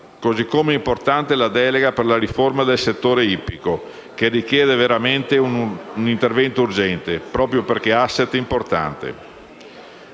Così come importante è la delega per la riforma del settore ittico, che richiede veramente un intervento urgente, proprio perché è un *asset* rilevante.